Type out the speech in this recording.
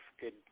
good